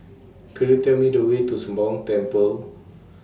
Could YOU Tell Me The Way to Sembawang Temple